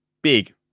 big